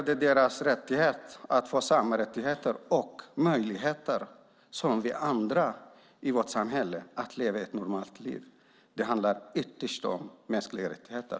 De har rätt att få samma rättigheter och möjligheter att leva ett normalt liv som vi andra i samhället. Det handlar ytterst om mänskliga rättigheter.